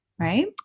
right